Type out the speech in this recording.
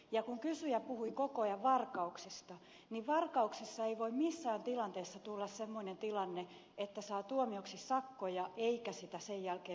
ja kun kysyjä puhui koko ajan varkauksista niin varkauksissa ei voi missään tilanteessa tulla semmoinen tilanne että saa tuomioksi sakkoja eikä niitä sen jälkeen muunneta